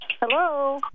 Hello